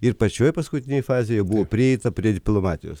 ir pačioje paskutinėje fazėje buvo prieita prie diplomatijos